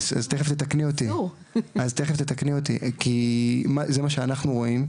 אז תכף תתקני אותי כי זה מה שאנחנו רואים,